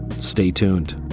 stay tuned